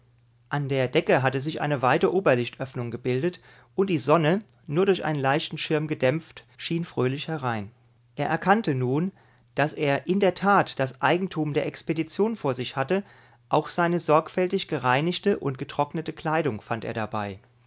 an der decke hatte sich eine weite oberlichtöffnung gebildet und die sonne nur durch einen leichten schirm gedämpft schien fröhlich herein er erkannte nun daß er in der tat das eigentum der expedition vor sich hatte auch seine sorgfältig gereinigte und getrocknete kleidung fand er dabei